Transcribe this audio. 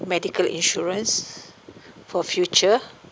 medical insurance for future